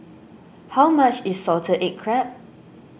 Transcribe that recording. how much is Salted Egg Crab